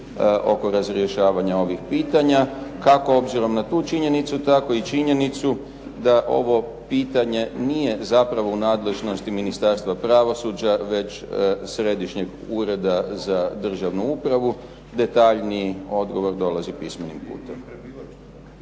oko razrješavanja ovih pitanja kako obzirom na tu činjenicu tako i činjenicu da ovo pitanje nije zapravo u nadležnosti Ministarstva pravosuđa već Središnjeg ureda za državnu upravu. Detaljniji odgovor dolazi pismenim putem.